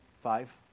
Five